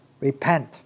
repent